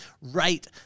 right